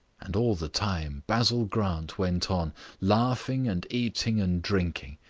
and all the time basil grant went on laughing and eating and drinking,